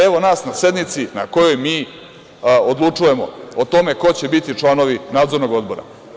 Evo, nas na sednici na kojoj mi odlučujemo o tome ko će biti članovi Nadzornog odbora.